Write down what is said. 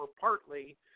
partly